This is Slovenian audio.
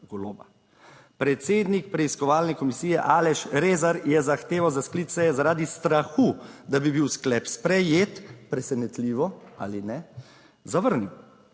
Goloba. Predsednik preiskovalne komisije Aleš Rezar je zahtevo za sklic seje zaradi strahu, da bi bil sklep sprejet, - presenetljivo ali ne, - zavrnil,